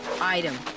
Item